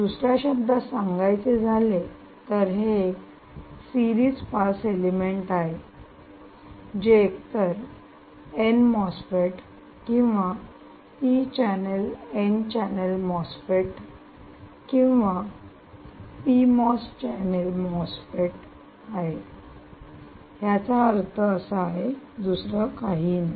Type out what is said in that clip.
दुसऱ्या शब्दांत सांगायचे झाले तर हे एक सिरीज पास एलिमेंट आहे जे एकतर एन मॉसफेट किंवा P channel N channel MOSFET किंवा पी मॉस चॅनेल मॉसफेट आहे याचा अर्थ असा आहे दुसरे काहीही नाही